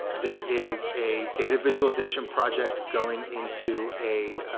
there is a data visualization project going into a